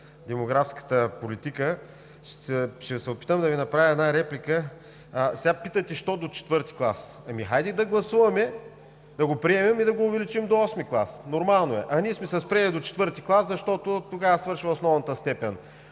демографската политика, ще се опитам да Ви направя една реплика. Питате: защо до IV клас? Ами, хайде да гласуваме, да го приемем и да го увеличим до VIII клас – нормално е. Ние сме се спрели до IV клас, защото тогава свършва основната степен.